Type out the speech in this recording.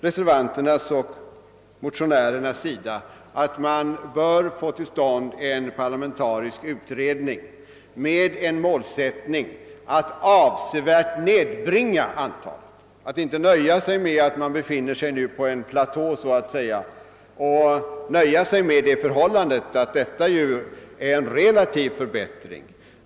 Reservanterna och motionärerna har ansett att man bör få till stånd en parlamentarisk : utredning i syfte att avsevärt nedbringa antalet olyckor och att. man inte bör nöja sig med att vi nu befinner oss på en platå och att detta med. hänsyn till ökningen av trafiken innebär en relativ förbättring.